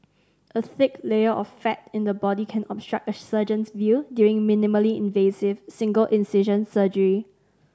a thick layer of fat in the body can obstruct a surgeon's view during minimally invasive single incision surgery